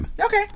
okay